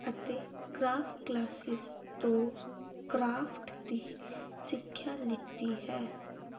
ਅਤੇ craft classes ਤੋਂ craft ਦੀ ਸਿੱਖਿਆ ਲਿੱਤੀ ਹੈ